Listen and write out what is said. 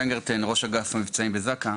ראש אגף מבצעים בזק"א.